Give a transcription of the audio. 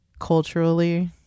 Culturally